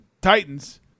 Titans